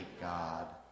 God